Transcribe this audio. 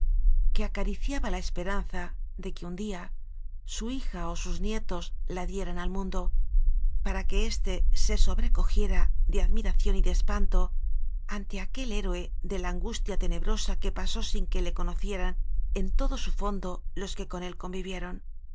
que acariciaba la esperanza de que un día su hija o sus nietos la dieran al mundo para que éste se sobrecojiera de admiración y de espanto ante aquel héroe de la angustia tenebrosa que pasó sin que le co nocieran en todo su fondo los que con él